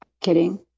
Kidding